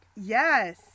Yes